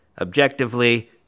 objectively